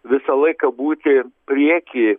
visą laiką būti priekyje